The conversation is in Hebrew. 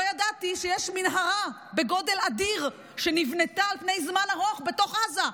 לא ידעתי שיש מנהרה בגודל אדיר שנבנתה על פני זמן ארוך בתוך עזה.